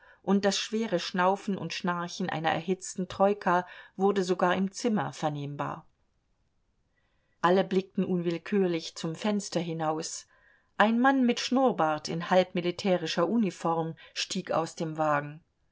und das schwere schnaufen und schnarchen einer erhitzten troika wurde sogar im zimmer vernehmbar alle blickten unwillkürlich zum fenster hinaus ein mann mit schnurrbart in halb militärischer uniform stieg aus dem wagen